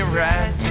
right